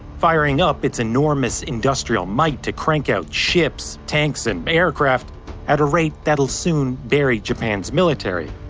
firing up its enormous industrial might to crank out ships, tanks and aircraft at a rate that'll soon bury japan's military.